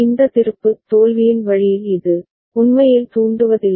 இந்த திருப்பு தோல்வியின் வழியில் இது உண்மையில் தூண்டுவதில்லை